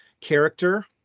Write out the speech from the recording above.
character